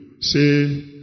say